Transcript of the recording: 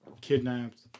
kidnapped